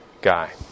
guy